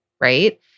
Right